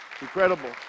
Incredible